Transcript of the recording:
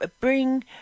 bring